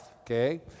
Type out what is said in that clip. okay